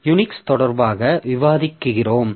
Unix தொடர்பாக விவாதித்திருக்கிறோம்